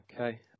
Okay